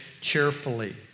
cheerfully